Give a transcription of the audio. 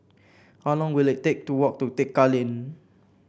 how long will it take to walk to Tekka Lane